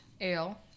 Ale